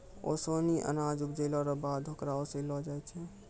ओसानी अनाज उपजैला रो बाद होकरा ओसैलो जाय छै